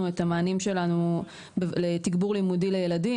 את המענים שלנו לתגבור לימודי לילדים,